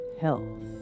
health